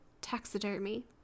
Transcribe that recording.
taxidermy